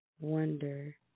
Wonder